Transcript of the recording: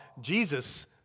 Jesus